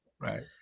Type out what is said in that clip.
Right